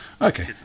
Okay